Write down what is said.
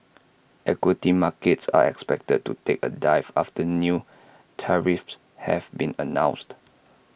equity markets are expected to take A dive after new tariffs have been announced